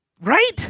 right